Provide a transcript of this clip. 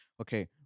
okay